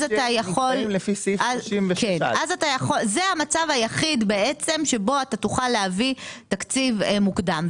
לפי סעיף 37א. זה המצב היחיד שבו אתה תוכל להביא תקציב מוקדם.